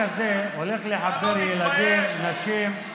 החוק הזה הולך לחבר ילדים, נשים,